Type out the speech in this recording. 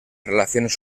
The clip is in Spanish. relaciones